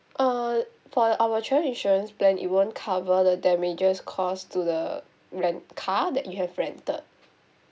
uh for our travel insurance plan it won't cover the damages caused to the rent car that you have rented